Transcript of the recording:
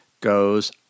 goes